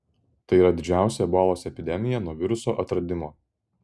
tai yra didžiausia ebolos epidemija nuo viruso atradimo